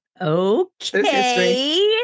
Okay